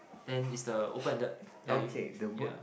and is the open ended yeah you yeah